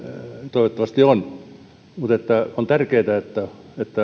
toivottavasti on mutta on tärkeätä että